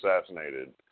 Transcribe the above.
assassinated